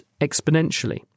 exponentially